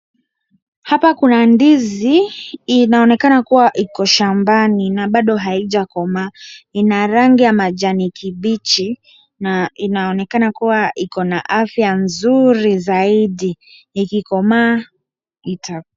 Hapa kuna ndizi inaonekana kuwa iko shambani na bado haijakomaa. Ina rangi ya majani kibichi na inaonekana kuwa iko na afya nzuri zaidi. Ikikomaa ita.